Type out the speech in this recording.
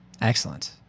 Excellent